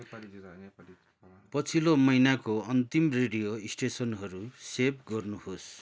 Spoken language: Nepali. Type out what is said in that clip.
पछिल्लो महिनाको अन्तिम रेडियो स्टेसनहरू सेभ गर्नुहोस्